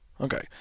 Okay